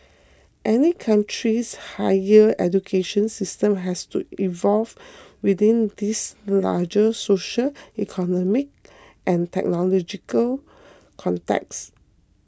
any country's higher education system has to evolve within these larger social economic and technological contexts